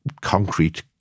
concrete